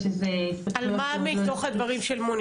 מה מתוך הדברים של מוני?